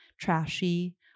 trashy